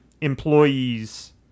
employees